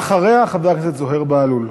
אחריה, חבר הכנסת זוהיר בהלול.